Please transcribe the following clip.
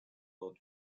lot